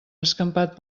escampat